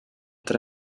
tre